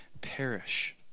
perish